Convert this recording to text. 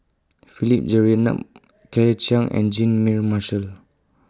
Philip Jeyaretnam Claire Chiang and Jean Mary Marshall